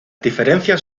diferencias